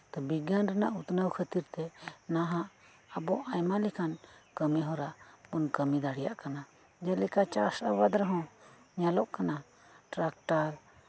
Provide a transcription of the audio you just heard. ᱛᱚᱵᱮ ᱵᱤᱜᱽᱜᱟᱱ ᱨᱮᱭᱟᱜ ᱩᱛᱱᱟᱹᱣ ᱠᱷᱟᱹᱛᱤᱨ ᱛᱮ ᱱᱟᱦᱟᱜ ᱟᱵᱚ ᱟᱭᱢᱟ ᱞᱮᱠᱟᱱ ᱠᱟᱹᱢᱤ ᱦᱚᱨᱟ ᱵᱚᱱ ᱠᱟᱹᱢᱤ ᱫᱟᱲᱮᱭᱟᱜ ᱠᱟᱱᱟ ᱡᱮᱞᱮᱠᱟ ᱪᱟᱥ ᱟᱵᱟᱫ ᱨᱮᱦᱚᱸ ᱧᱮᱞᱚᱜ ᱠᱟᱱᱟ ᱴᱨᱟᱠᱴᱟᱨ